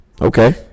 Okay